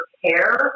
care